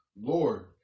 Lord